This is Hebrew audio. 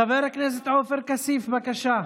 חבר הכנסת עופר כסיף, בבקשה.